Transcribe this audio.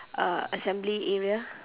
uh assembly area